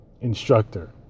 instructor